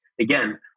Again